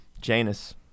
Janus